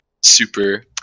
super